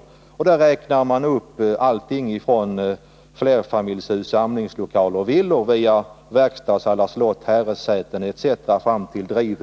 I dessa sammanhang räknar man upp allt från flerfamiljshus, anläggningar samlingslokaler och villor via verkstadshallar, slott, herresäten etc. fram till m.m.